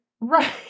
Right